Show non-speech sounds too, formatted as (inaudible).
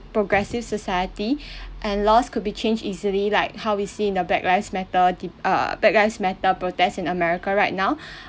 progressive society (breath) and laws could be changed easily like how we see in the black lives matter de~ uh black lives matter protest in america right now (breath)